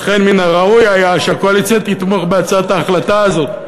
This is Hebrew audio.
לכן מן הראוי היה שהקואליציה תתמוך בהצעת ההחלטה הזאת.